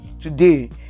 today